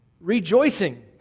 rejoicing